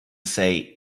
say